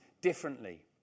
differently